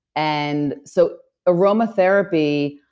and so, aromatherapy,